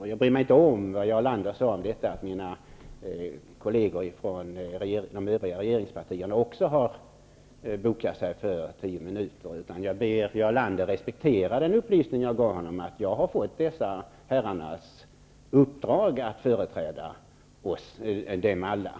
och jag bryr mig inte om att Jarl Lander sade att mina kolleger i de övriga regeringspartierna också har bokat sig för tio minuters taletid, utan jag ber Jarl Lander respektera att jag har fått dessa herrars uppdrag att vara vår företrädare.